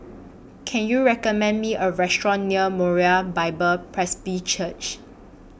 Can YOU recommend Me A Restaurant near Moriah Bible Presby Church